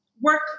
work